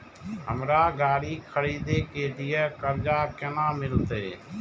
हमरा गाड़ी खरदे के लिए कर्जा केना मिलते?